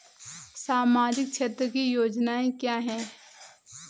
सामाजिक क्षेत्र की योजनाएँ क्या हैं?